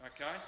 Okay